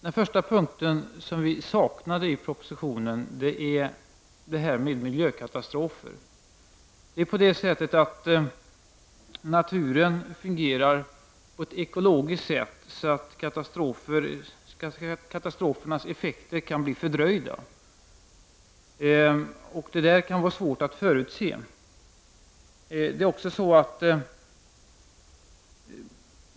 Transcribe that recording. Den första punkten, som vi saknade i propositionen, är miljökatastrofer. Naturen fungerar på ett ekologiskt sätt, så att katastrofernas effekter kan bli fördröjda, och det kan vara svårt att förutse.